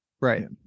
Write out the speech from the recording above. Right